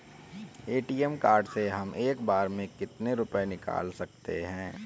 ATM card से हम एक बार में कितने रुपये निकाल सकते हैं?